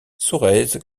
sorèze